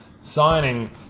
signing